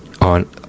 on